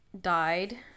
died